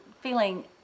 feeling